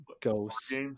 ghosts